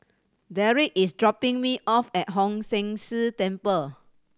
Deric is dropping me off at Hong San See Temple